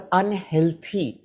unhealthy